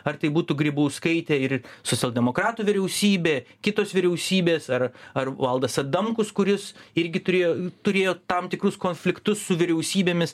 ar tai būtų grybauskaitė ir socialdemokratų vyriausybė kitos vyriausybės ar ar valdas adamkus kuris irgi turėjo turėjo tam tikrus konfliktus su vyriausybėmis